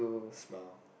smile